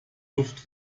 luft